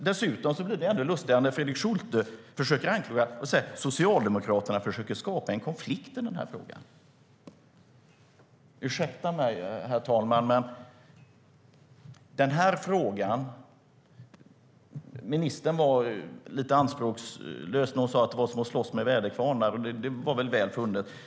Det blir ännu lustigare när Fredrik Schulte säger att Socialdemokraterna försöker skapa en konflikt i den här frågan. Ministern var lite anspråkslös när hon sa att det är som att slåss mot väderkvarnar.